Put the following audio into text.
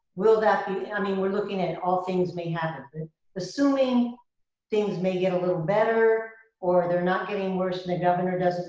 will that be, i mean, we're looking at all things may happen. but assuming things may get a little better or they're not getting worse and the governor does,